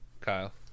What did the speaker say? kyle